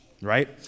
Right